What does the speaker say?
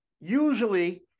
usually